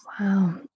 Wow